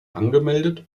angemeldet